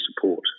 support